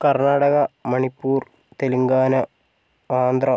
Karnataka Manipur Telangana Andhra Pradesh